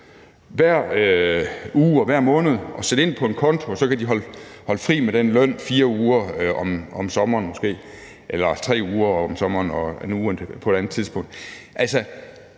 hver uge hver måned og sætte ind på en konto, og så kan de holde fri med den løn måske 4 uger om sommeren eller 3 uger om sommeren og 1 uge på et andet tidspunkt.